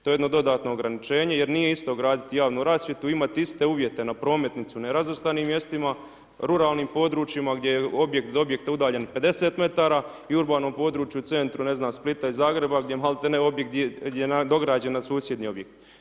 To je jedno dodatno ograničenje jer nije isto graditi javnu rasvjetu i imati iste uvjete na prometnicu u nerazvrstanim mjestima, ruralnim područjima gdje objekt dobijete udaljen 50 metara i urbanom području centru ne znam Splita, Zagreba, gdje maltene objekt je nadograđen na susjedni objekt.